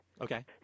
Okay